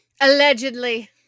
Allegedly